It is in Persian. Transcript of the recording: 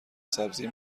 سبزی